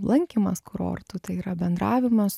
lankymas kurortų tai yra bendravimas